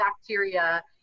bacteria